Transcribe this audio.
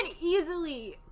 easily